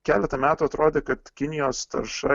keletą metų atrodė kad kinijos tarša